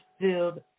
filled